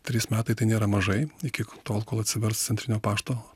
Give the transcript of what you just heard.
trys metai tai nėra mažai iki tol kol atsivers centrinio pašto